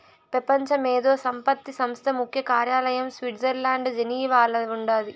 పెపంచ మేధో సంపత్తి సంస్థ ముఖ్య కార్యాలయం స్విట్జర్లండ్ల జెనీవాల ఉండాది